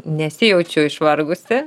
nesijaučiu išvargusi